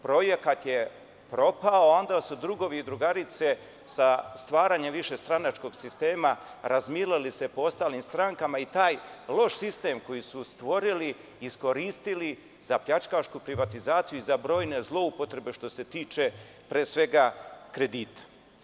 Projekat je propao, a onda su se drugovi i drugarice, sa stvaranjem višestranačkog sistema, razmileli po ostalim strankama i taj loš sistem koji su stvorili iskoristili za pljačkašku privatizaciju i za brojne zloupotrebe što se tiče pre svega kredita.